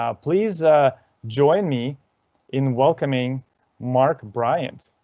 um please ah join me in welcoming mark bryant.